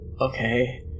Okay